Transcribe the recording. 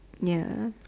ya